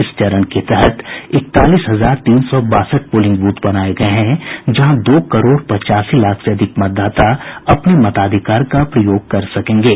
इस चरण के तहत इकतालीस हजार तीन सौ बासठ पोलिंग बूथ बनाये गये हैं जहां दो करोड़ पचासी लाख से अधिक मतदाता अपने मताधिकार का प्रयोग कर सकेंगे